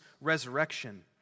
resurrection